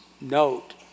note